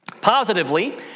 Positively